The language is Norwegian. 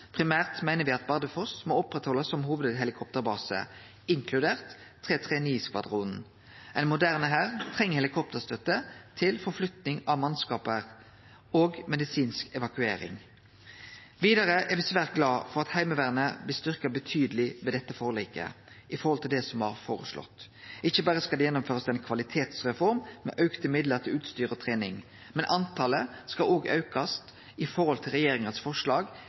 Primært meiner me at Bardufoss må oppretthaldast som hovudhelikopterbase, inkludert 339-skvadronen. Ein moderne hær treng helikopterstøtte til flytting av mannskap og medisinsk evakuering. Vidare er me svært glade for at Heimevernet blir styrkt betydeleg ved dette forliket i forhold til det som var føreslått. Ikkje berre skal det gjennomførast ei kvalitetsreform med auka midlar til utstyr og trening, talet på soldatar skal òg aukast i forhold til regjeringa sitt forslag,